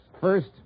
First